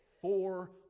Four